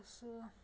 अस